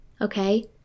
okay